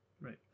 Right